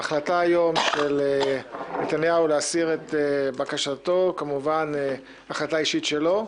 ההחלטה של נתניהו היום להסיר את בקשתו היא החלטה אישית שלו,